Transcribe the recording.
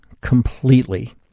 completely